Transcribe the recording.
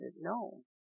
No